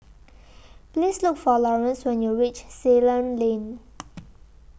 Please Look For Lawrance when YOU REACH Ceylon Lane